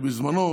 בזמנו,